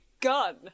gun